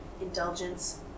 indulgence